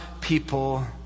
people